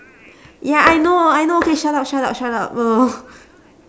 ya I know I know okay shut up shut up shut up oh